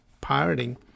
pirating